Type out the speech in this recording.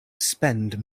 spend